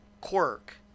quirk